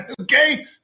okay